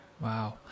Wow